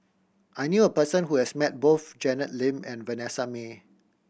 I knew a person who has met both Janet Lim and Vanessa Mae